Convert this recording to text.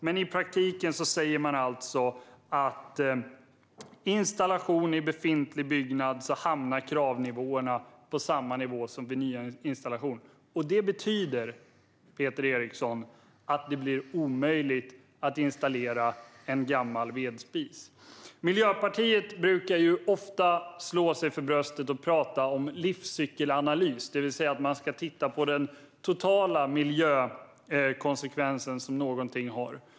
Men i praktiken säger man: Vid installation i befintlig byggnad hamnar kravnivåerna på samma nivå som vid nyinstallation. Det betyder, Peter Eriksson, att det blir omöjligt att installera en gammal vedspis. Miljöpartiet brukar ofta slå sig för bröstet och prata om livscykelanalys, det vill säga att man ska titta på den totala miljökonsekvens som någonting har.